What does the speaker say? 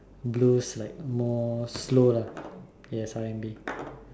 blues like more slow lah yes R&B